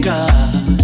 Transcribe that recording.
God